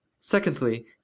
secondly